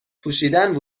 پوشیدن